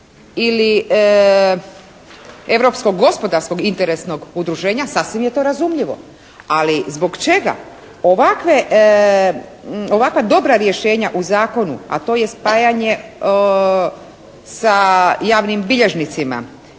ili europskog gospodarskog interesnog udruženja sasvim je to razumljivo. Ali zbog čega ovakve, ovakva dobra rješenja u zakonu a to je spajanje sa javnim bilježnicima.